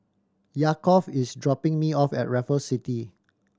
Yaakov is dropping me off at Raffles City